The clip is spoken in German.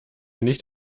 nicht